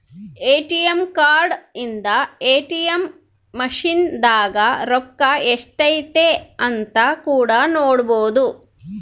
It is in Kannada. ಎ.ಟಿ.ಎಮ್ ಕಾರ್ಡ್ ಇಂದ ಎ.ಟಿ.ಎಮ್ ಮಸಿನ್ ದಾಗ ರೊಕ್ಕ ಎಷ್ಟೈತೆ ಅಂತ ಕೂಡ ನೊಡ್ಬೊದು